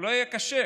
הוא לא יהיה כשר.